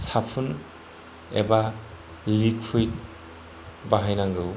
साफुन एबा लिकुइद बाहायनांगौ